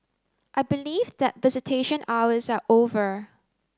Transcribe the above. I believe that visitation hours are over